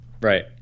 Right